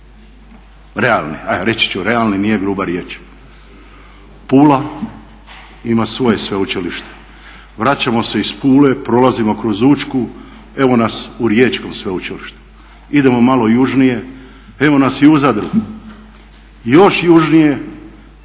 realni, ajde reći ću realni, nije gruba riječ. Pula ima svoje sveučilište, vraćamo se iz Pule, prolazimo kroz Učku, evo nas u Riječkom sveučilištu. Idemo malo južnije evo nas i u Zadru, još južnije